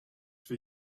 for